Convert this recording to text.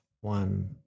one